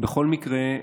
בכל מקרה,